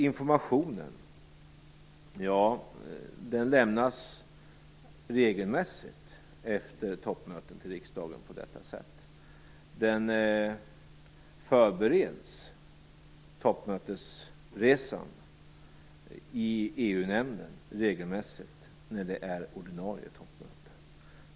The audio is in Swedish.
Information lämnas regelmässigt efter toppmöten till riksdagen på detta sätt. Toppmötesresan förbereds regelmässigt i EU-nämnden när det handlar om ordinarie toppmöten.